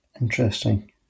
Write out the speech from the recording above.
Interesting